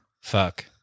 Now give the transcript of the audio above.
Fuck